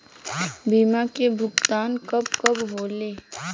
बीमा के भुगतान कब कब होले?